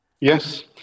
Yes